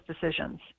decisions